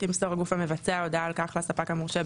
ימסור הגוף המבצע הודעה על כך לספק המורשה,